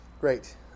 Great